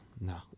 no